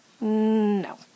No